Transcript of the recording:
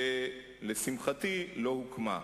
שלשמחתי לא הוקמה.